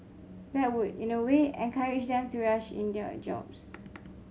that would in a way encourage them to rush in their jobs